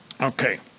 Okay